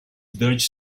dutch